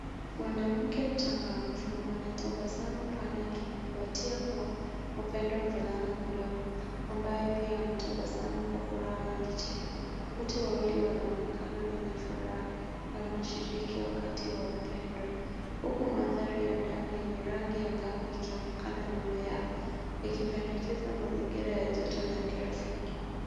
Mwanamke mchangamfu mwenye tabasamu pana akimkubatia kwa upendo mvulana mdogo, ambaye pia anatabasamu kwa furaha na kicheko. Wote wawili wanaonekana wenye furaha na wanashiriki wakati wa upendo, huku mandhari ya ndani yenye rangi angavu ikionekana nyuma yao, ikipendekeza mazingira ya joto na ya kirafiki.